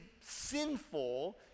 sinful